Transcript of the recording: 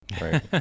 Right